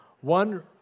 one